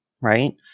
right